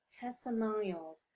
testimonials